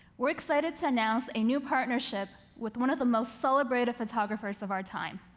we're excited to announce a new partnership with one of the most celebrated photographers of our time,